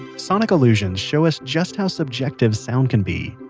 sonic illusions show us just how subjective sound can be.